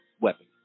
weapon